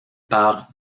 par